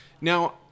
Now